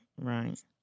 right